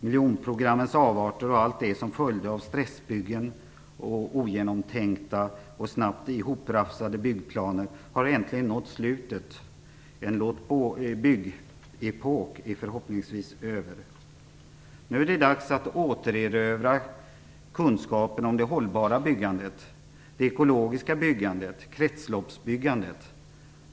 Miljonprogrammets avarter och allt det som följde av stressbyggen och ogenomtänkta och snabbt ihoprafsade byggplaner har äntligen nått slutet. En "låt-bygg"-epok är förhoppningsvis över. Nu är det dags att återerövra kunskapen om det hållbara byggandet, det ekologiska byggandet, kretsloppsbyggandet.